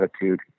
attitude